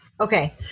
Okay